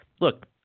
look